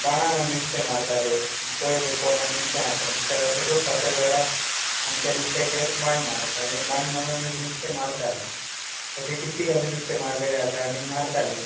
बाणान आमी नुस्तें मारताले पळयले पोन आनी नुस्तें आसा नुस्तें आसा तसोत फातर धरप आनी त्या नुस्त्याचेर बाण मारप आनी बाण मारून आमी नुस्तें मारताले अशें कित्तीक आमी नुस्तें मारलेलें आसा आनी मारताले